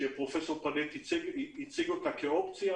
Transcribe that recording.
שפרופ' פנט הציג אותה כאופציה.